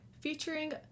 featuring